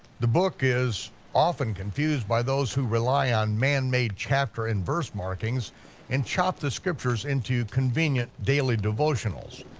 the book is often confused by those who rely on manmade chapter and verse markings and chop the scriptures into convenient, daily devotionals.